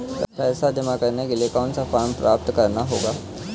पैसा जमा करने के लिए कौन सा फॉर्म प्राप्त करना होगा?